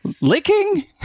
licking